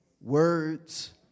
words